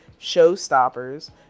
Showstoppers